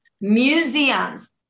museums